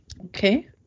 Okay